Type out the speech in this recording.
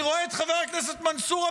אני רואה את חבר הכנסת מנסור עבאס,